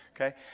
okay